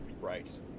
right